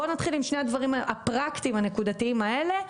בוא נתחיל עם שני הדברים הפרקטיים הנקודתיים האלה.